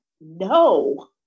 No